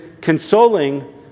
consoling